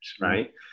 right